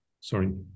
sorry